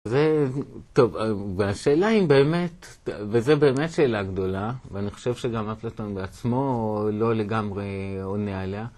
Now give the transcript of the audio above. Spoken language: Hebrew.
ו..טוב..השאלה אם באמת, וזה באמת שאלה גדולה, ואני חושב שגם אפלטון בעצמו לא לגמרי עונה עליה.